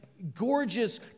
gorgeous